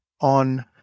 on